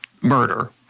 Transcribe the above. murder